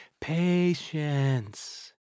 Patience